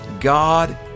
God